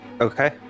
Okay